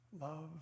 Love